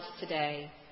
today